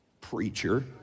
Preacher